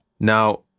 Now